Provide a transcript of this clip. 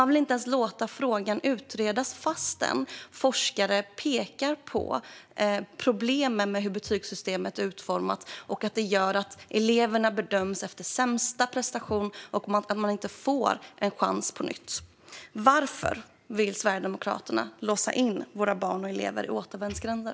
De vill inte ens låta frågan utredas, fastän forskare pekar på problemen med utformningen av betygssystemet och att det gör att eleverna bedöms efter sämsta prestation och inte får en chans på nytt. Varför vill Sverigedemokraterna låsa in elever i återvändsgränder?